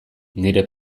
nire